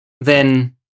then-